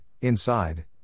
inside